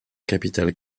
capitale